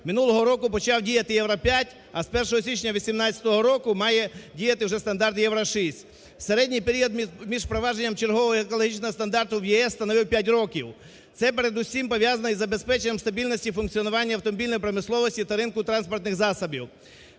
Минулого року почав діяти "Євро-5", а з 1 січня 2018 року має діяти вже стандарт "Євро-6". Середній період між впровадження чергового екологічного стандарту в ЄС ставив 5 років. Це передусім пов'язано із забезпеченням стабільності і функціонування автомобільної промисловості та ринку транспортних засобів.